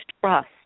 trust